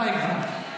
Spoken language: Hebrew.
די כבר.